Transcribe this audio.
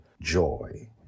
Joy